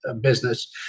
business